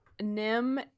Nim